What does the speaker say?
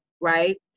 right